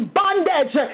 bondage